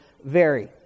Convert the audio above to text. vary